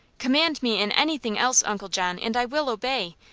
command me in anything else, uncle john, and i will obey,